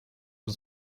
was